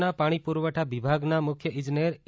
કચ્છના પાણી પૂરવઠા વિભાગના મુખ્ય ઇજનેર એ